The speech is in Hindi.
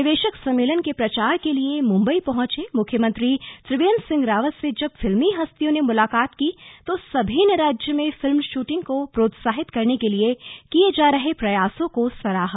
निवेशक सम्मेलन के प्रचार के लिए मुंबई पहुंचे मुख्यमंत्री त्रिवेन्द्र सिंह रावत से जब फिल्मी हस्तियों ने मुलाकात की तो सभी ने राज्य में फिल्म श्रदिंग को प्रोत्साहित करने के लिए किए जा रहे प्रयासों को सराहा